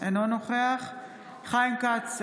אינו נוכח אופיר כץ,